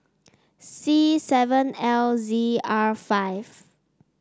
C seven L Z R five